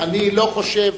אני לא חושב.